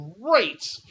great